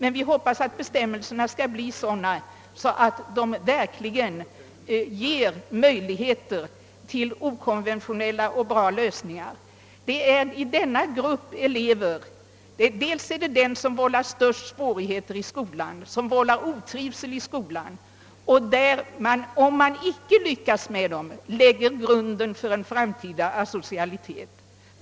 Vi hoppas emellertid att bestämmelserna skall bli sådana att de ger Möjligheter till okonventionella och goda lösningar. Det är den aktuella gruppen av elever som dels vållar de största svårigheterna i skolarbetet, dels förorsakar en stor del av otrivseln i skolan. Om Man icke lyckas med dem, lägger man Srunden för en framtida asocialitet.